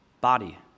body